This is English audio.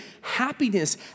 happiness